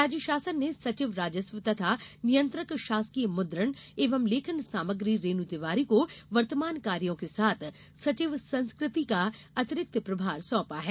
राज्य शासन ने सचिव राजस्व तथा नियंत्रक शासकीय मुद्रण एवं लेखन सामग्री रेनू तिवारी को वर्तमान कार्यो के साथ सचिव संस्कृति का अतिरिक्त प्रभार सौंपा है